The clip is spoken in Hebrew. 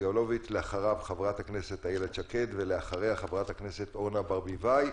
אחריו חברת הכנסת איילת שקד ואחריה חברת הכנסת אורנה ברביבאי.